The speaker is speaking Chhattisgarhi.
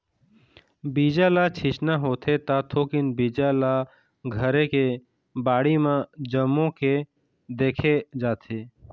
बीजा ल छिचना होथे त थोकिन बीजा ल घरे के बाड़ी म जमो के देखे जाथे